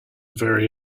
very